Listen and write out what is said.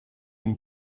une